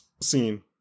scene